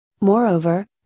moreover